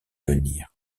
venir